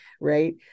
Right